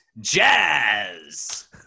jazz